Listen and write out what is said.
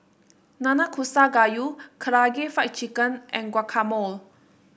Nanakusa Gayu Karaage Fried Chicken and Guacamole